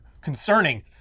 concerning